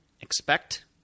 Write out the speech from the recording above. expect